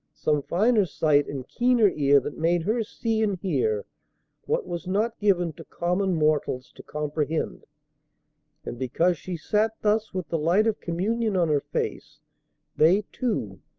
some finer sight and keener ear that made her see and hear what was not given to common mortals to comprehend and because she sat thus with the light of communion on her face they, too,